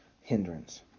hindrance